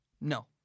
No